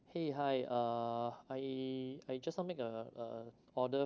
!hey! hi uh I I just now make a a order